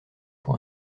pour